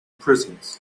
prisons